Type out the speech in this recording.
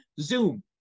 Zoom